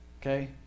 okay